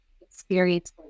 experience